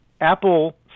Apple